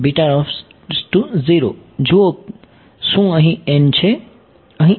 જુઓ કે શું અહીં છે અહીં છે અને અહીં છે